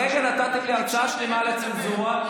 הרגע נתתם לי הרצאה שלמה על הצנזורה.